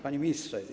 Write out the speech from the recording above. Panie Ministrze!